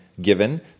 given